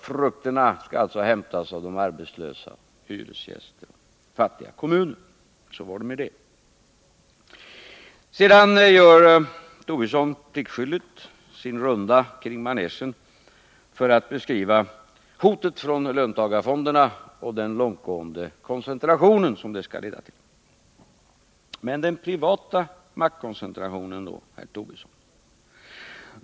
Frukterna skall alltså hämtas hos de arbetslösa, hos hyresgästerna, hos de fattiga kommunerna. Herr Tobisson gjorde pliktskyldigt sin runda kring manegen för att beskriva hotet från löntagarfonderna och den långtgående koncentration som dessa skulle leda till. Men hur är det med den privata maktkoncentrationen då, herr Tobisson?